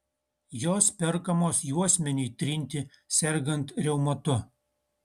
jos perkamos juosmeniui trinti sergant reumatu